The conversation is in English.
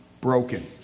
broken